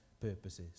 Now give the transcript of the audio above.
purposes